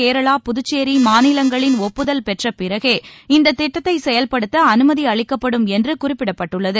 கேரளா புதுச்சேரி மாநிலங்களின் ஒப்புதல் பெற்ற பிறகே இந்தத் திட்டத்தை செயல்படுத்த அனுமதி அளிக்கப்படும் என்று குறிப்பிட்டுள்ளது